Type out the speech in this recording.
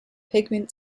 pigment